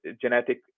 genetic